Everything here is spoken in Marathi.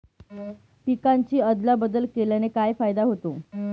पिकांची अदला बदल केल्याने काय फायदा होतो?